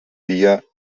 dia